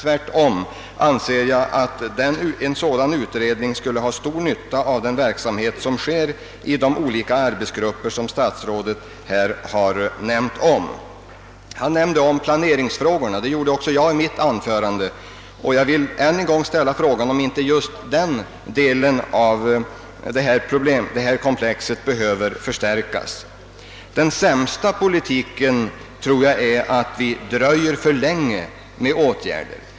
Tvärtom anser jag att en sådan utredning skulle vara till stor nytta för verksamheten inom de olika arbetsgrupper statsrådet nämnt. Han talade liksom jag om planeringsfrågorna och jag vill ännu en gång fråga om inte just denna del av problemkomplexet behöver beaktas mera. Den sämsta politiken är nog att dröja för länge med åtgärder.